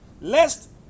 lest